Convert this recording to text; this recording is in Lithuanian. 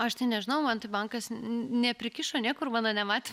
aš tai nežinau man tai bankas neprikišo nėkur mano nematė